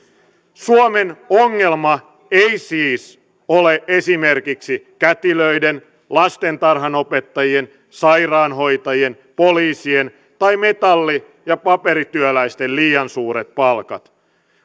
suomen ongelma ei siis ole esimerkiksi kätilöiden lastentarhanopettajien sairaanhoitajien poliisien tai metalli ja paperityöläisten liian suuret palkat